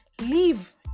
leave